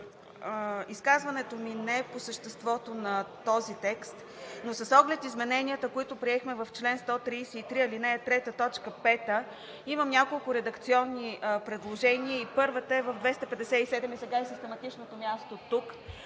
Изказването ми не е по съществото на този текст, но с оглед измененията, които приехме в чл. 133, ал. 3, т. 5, имам няколко редакционни предложения. Първото е в чл. 257 сега е систематичното място тук,